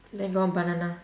then got one banana